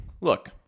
Look